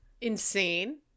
insane